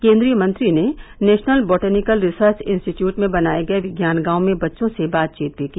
केन्द्रीय मंत्री ने नेषनल बोटैनिकल रिसर्च इंस्टीट्यूट में बनाये गये विज्ञान गांव में बच्चों से बातचीत भी की